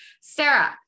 Sarah